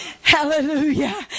Hallelujah